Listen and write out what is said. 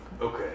Okay